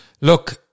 look